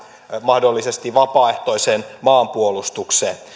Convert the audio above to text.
mahdollisesti vapaaehtoiseen maanpuolustukseen